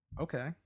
Okay